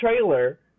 trailer